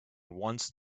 once